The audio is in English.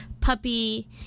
Puppy